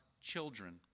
children